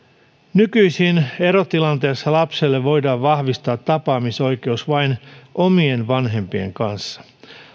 nykyisin erotilanteessa lapselle voidaan vahvistaa tapaamisoikeus vain omien vanhempien kanssa